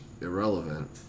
irrelevant